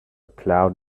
cloud